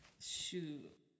Shoot